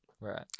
Right